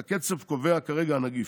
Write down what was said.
את הקצב קובע כרגע הנגיף".